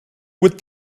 would